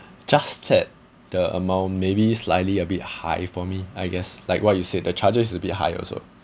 just that the amount maybe slightly a bit high for me I guess like what you said the charges it's a bit high also